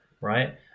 right